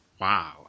wow